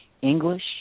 English